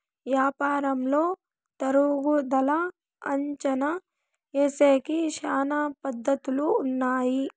యాపారంలో తరుగుదల అంచనా ఏసేకి శ్యానా పద్ధతులు ఉన్నాయి